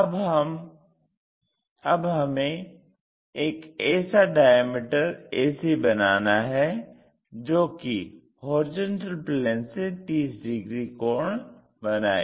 अब हमें एक ऐसा डायामीटर ac बनाना है जो कि हॉरिजेंटल प्लेन से 30 डिग्री कोण बनाए